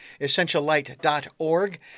EssentialLight.org